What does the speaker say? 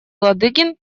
ладыгин